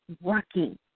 working